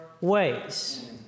ways